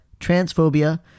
transphobia